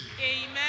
amen